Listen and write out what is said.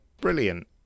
brilliant